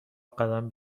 قدم